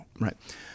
Right